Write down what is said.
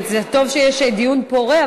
זה טוב שיש דיון פורה,